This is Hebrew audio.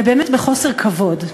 ובאמת בחוסר כבוד.